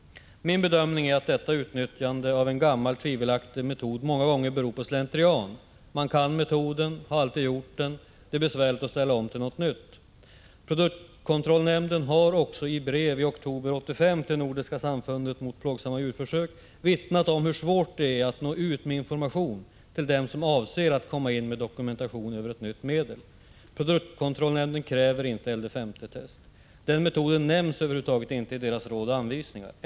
Min bedömning är att detta utnyttjande av en gammal, tvivelaktig metod många gånger beror på slentrian — man kan metoden, har alltid använt den och det är besvärligt att ställa om till något nytt. Produktkontrollnämnden har också i brev i oktober 1985 till Nordiska samfundet mot plågsamma djurförsök vittnat om hur svårt det är att nå ut med information till dem som avser att komma in med dokumentation över ett nytt medel. Produktkontrollnämnden kräver inte LD-50-test. Den metoden nämns över huvud taget inte i dess råd och anvisningar.